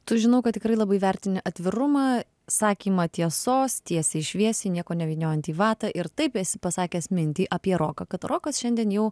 tu žinau tikrai labai vertini atvirumą sakymą tiesos tiesiai šviesiai nieko nevyniojant į vatą ir taip esi pasakęs mintį apie roką kad rokas šiandien jau